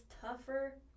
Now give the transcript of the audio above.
tougher